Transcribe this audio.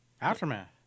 Aftermath